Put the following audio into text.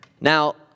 Now